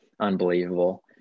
unbelievable